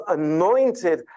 anointed